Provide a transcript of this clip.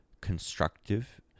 constructive